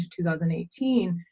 2018